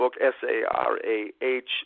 S-A-R-A-H